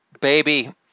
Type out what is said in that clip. baby